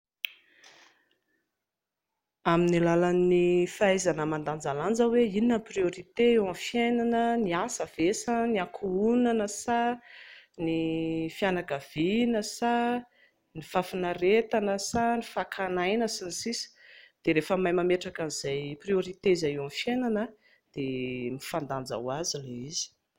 Amin'ny alalan'ny fahaizana mandanjalanja hoe inona no priorité eo amin'ny fiainana, ny asa ve sa ny ankohonana sa ny fianakaviana sa ny fahafinaretana sa ny fakana aina sns, dia rehefa mahay mametraka an'izay priorité izay eo amin'ny fiainana dia mifandanja ho azy ilay izy